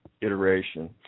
iteration